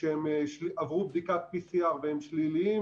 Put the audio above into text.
שהם עברו בדיקת PCR והם שליליים,